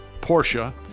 Porsche